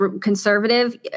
conservative